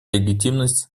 легитимность